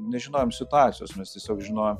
nežinojom situacijos mes tiesiog žinojom